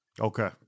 Okay